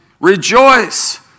Rejoice